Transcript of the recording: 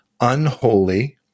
unholy